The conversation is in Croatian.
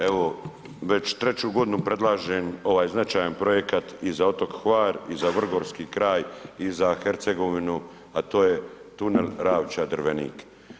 Evo već treću godinu predlažem ovaj značajan projekat i za otok Hvar i za Vrgorski kraj i za Hercegovinu a to je tunel Ravča-Drvenik.